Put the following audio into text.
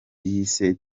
yise